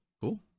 cool